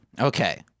Okay